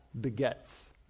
begets